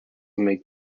make